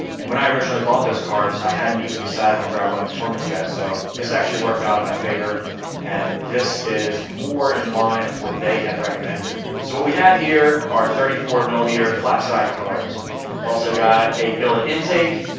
and when i originally bought those carbs, i hadn't even decided on driveline performance yet so this actually worked out in my favor and this is more in line of what they had recommended. so what we have here are thirty four millimeter flat side carbs i've also got a billet intake.